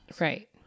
right